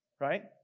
Right